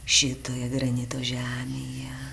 šitoj granito žemėje